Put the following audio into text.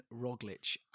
Roglic